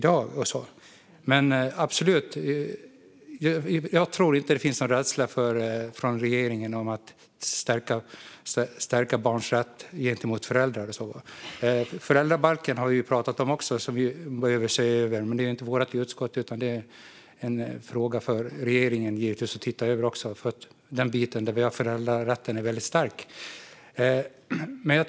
Jag tror inte att det finns någon rädsla från regeringens sida om att stärka barns rätt gentemot föräldrar. Vi har också pratat om att se över föräldrabalken, men den hör inte till vårt utskott. Givetvis är det också en fråga för regeringen att se över lagen eftersom föräldrarätten är stark.